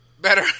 better